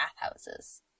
bathhouses